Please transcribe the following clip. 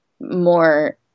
more